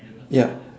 ya